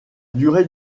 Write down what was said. durée